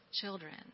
children